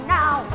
now